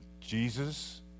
Jesus